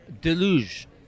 deluge